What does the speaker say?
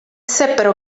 seppero